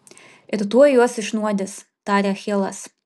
ir tuoj juos išnuodys tarė achilas